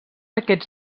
aquests